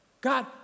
God